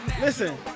Listen